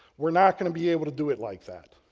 we're not going to be able to do it like that.